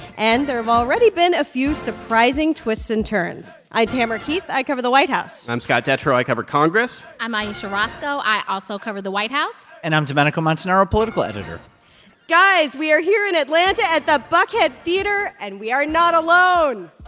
and there have already been a few surprising twists and turns. i'm tamara keith. i cover the white house i'm scott detrow. i cover congress i'm ayesha rascoe. i also cover the white house and i'm domenico montanaro, political editor guys, we are here in atlanta at the buckhead theatre. and we are not alone